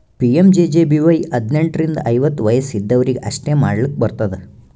PMJJBY ಹದ್ನೆಂಟ್ ರಿಂದ ಐವತ್ತ ವಯಸ್ ಇದ್ದವ್ರಿಗಿ ಅಷ್ಟೇ ಮಾಡ್ಲಾಕ್ ಬರ್ತುದ